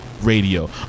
Radio